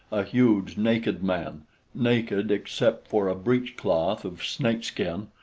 a huge, naked man naked except for a breechcloth of snakeskin,